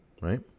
right